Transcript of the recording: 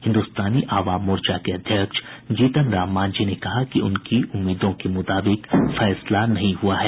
हिन्दुस्तानी आवाम मोर्चा के अध्यक्ष जीतन राम मांझी ने कहा कि उनकी उम्मीदों के मुताबिक फैसला नहीं हुआ है